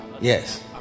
yes